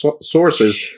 sources